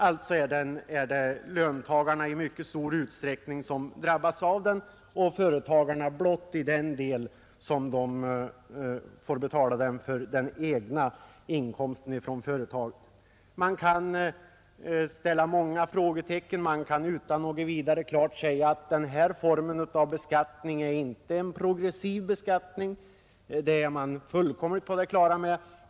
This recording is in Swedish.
Alltså är det i mycket stor utsträckning löntagarna som drabbas av den, och företagarna blott till den del som de får erlägga avgift på den egna inkomsten från företaget. Det kan sättas många frågetecken här. Man kan utan vidare säga att denna form av beskattning inte är en progressiv beskattning — det är fullt tydligt.